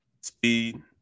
Speed